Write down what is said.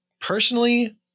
Personally